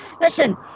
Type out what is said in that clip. Listen